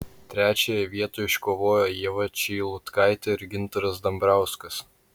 trečiąją vietą iškovojo ieva čeilutkaitė ir gintaras dambrauskas